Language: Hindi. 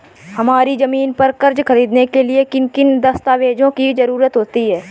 हमारी ज़मीन पर कर्ज ख़रीदने के लिए किन किन दस्तावेजों की जरूरत होती है?